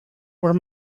were